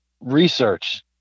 research